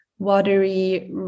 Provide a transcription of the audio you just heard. watery